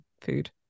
food